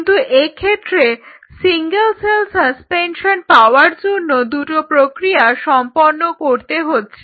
কিন্তু এক্ষেত্রে single cell suspension পাওয়ার জন্য দুটো প্রক্রিয়া সম্পন্ন করতে হচ্ছে